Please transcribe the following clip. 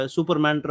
Superman